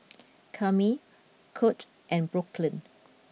Kami Kurt and Brooklynn